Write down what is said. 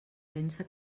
pensa